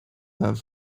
have